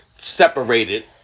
separated